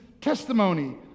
testimony